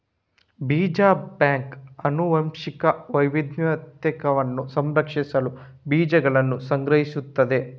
ಬೀಜ ಬ್ಯಾಂಕ್ ಆನುವಂಶಿಕ ವೈವಿಧ್ಯತೆಯನ್ನು ಸಂರಕ್ಷಿಸಲು ಬೀಜಗಳನ್ನು ಸಂಗ್ರಹಿಸುತ್ತದೆ